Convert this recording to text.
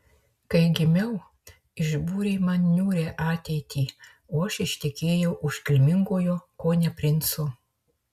kai gimiau išbūrė man niūrią ateitį o aš ištekėjau už kilmingojo kone princo